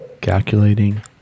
Calculating